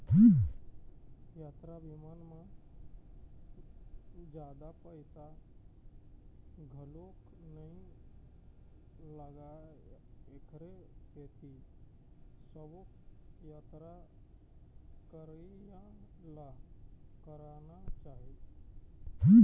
यातरा बीमा म जादा पइसा घलोक नइ लागय एखरे सेती सबो यातरा करइया ल कराना चाही